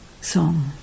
Song